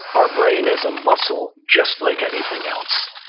our brain is a muscle just like anything else,